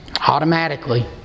Automatically